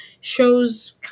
shows